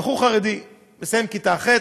בחור חרדי מסיים כיתה ח',